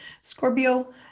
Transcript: Scorpio